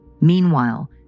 Meanwhile